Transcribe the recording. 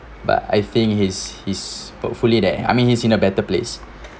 but I think he's he's hopefully that I mean he's in a better place